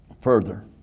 further